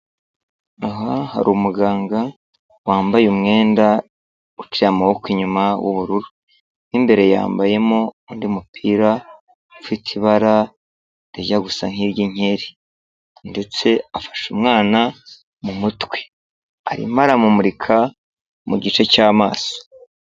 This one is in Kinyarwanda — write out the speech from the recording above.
Aha hari umuganga wambaye umwenda uciye amaboko inyuma w'ubururu, mo imbere yambayemo undi mupira ufite ibara rijya gusa nk'iry'inkkeri ndetse afashe umwana mu mutwe arimo aramumurika mu gice cy'amaso.